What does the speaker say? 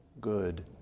good